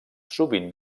sovint